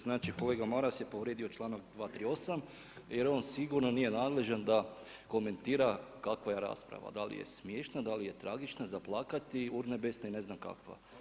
Znači kolega Maras je povrijedio članak 238. jer on sigurno nije nadležan da komentira kakva je rasprava, da li je smiješna, da li je tragična, za plakati, urnebesna i ne znam kakva.